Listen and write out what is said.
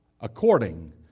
according